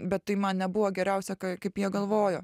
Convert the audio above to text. bet tai man nebuvo geriausia ką kaip jie galvojo